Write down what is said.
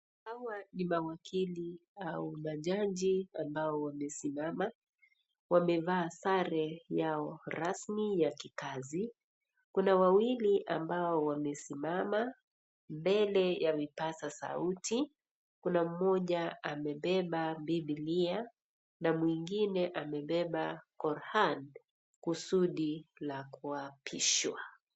Hawa ni mawakili au majaji ambao wamesimama, wamevaa sare yao rasmi ya kikazi kuna wawili ambao wamesimama mbele ya vipaza sauti kuna mmoja amebeba bibilia na mwingine amebeba korohani kusudi la kuapishwa.